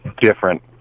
different